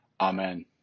Amen